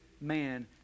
man